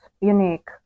Unique